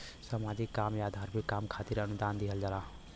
सामाजिक काम या धार्मिक काम खातिर अनुदान दिहल जाला